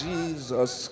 Jesus